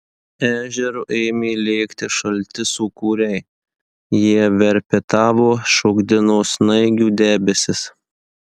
ežeru ėmė lėkti šalti sūkuriai jie verpetavo šokdino snaigių debesis